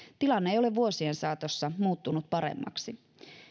tilanne ei ole vuosien saatossa muuttunut paremmaksi